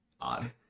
odd